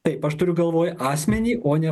taip aš turiu galvoj asmenį o ne